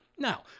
Now